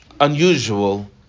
unusual